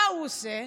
מה הוא עושה?